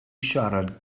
siarad